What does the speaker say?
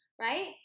Right